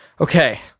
Okay